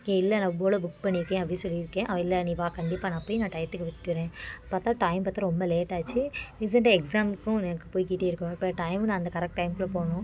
ஏய் இல்லை நான் ஓலோ புக் பண்ணியிருக்கேன் அப்படின்னு சொல்லியிருக்கேன் அவள் இல்லை நீ வா கண்டிப்பாக நான் போய் நான் டயத்துக்கு விட்டுடுறேன் பார்த்தா டைம் பார்த்து ரொம்ப லேட்டாயிச்சு எக்ஸாமுக்கும் எனக்கு போய்க்கிட்டே இருக்கோம் இப்போ டைம் நான் அந்த கரெக்ட் டைம்குள்ள போகணும்